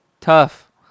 Tough